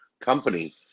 company